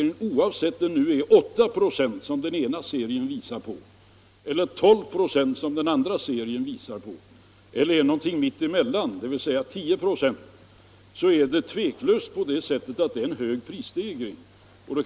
Men oavsett om prisstegringen är 8 procent, som den ena serien visar, eller 12 procent som den andra serien visar, eller någonting mitt i mellan, dvs. 10 procent, är jag tveklöst beredd att säga att prisstegringen varit hög.